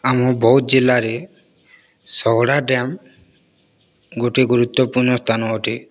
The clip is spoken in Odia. ଆମ ବୌଦ୍ଧ ଜିଲ୍ଲାରେ ଶଗଡ଼ା ଡ୍ୟାମ୍ ଗୋଟିଏ ଗୁରୁତ୍ଵପୂର୍ଣ୍ଣ ସ୍ଥାନ ଅଟେ